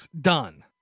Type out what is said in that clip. Done